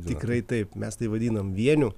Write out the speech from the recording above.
tikrai taip mes tai vadinam vieniu